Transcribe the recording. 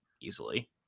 easily